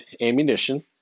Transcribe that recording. ammunition